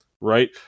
right